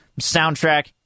Soundtrack